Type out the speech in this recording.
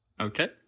Okay